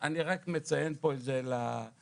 אני רק מציין את זה פה לוועדה.